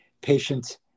patients